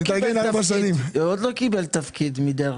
הוא עוד לא קיבל תפקיד מדרעי.